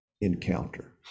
encounter